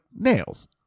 nails